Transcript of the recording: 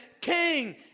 king